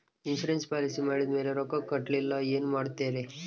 Insurance policy ಮಾಡಿದ ಮೇಲೆ ರೊಕ್ಕ ಕಟ್ಟಲಿಲ್ಲ ಏನು ಮಾಡುತ್ತೇರಿ?